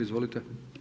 Izvolite.